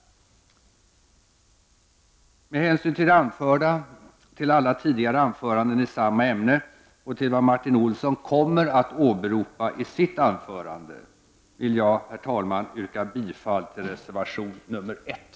Med hänvisning till det anförda, till alla tidigare anföranden i samma ämne och till vad Martin Olsson kommer att åberopa i sitt anförande, vill jag, herr talman, yrka bifall till reservation 1.